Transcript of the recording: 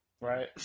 Right